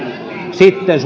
sitten